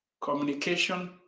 communication